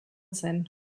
zen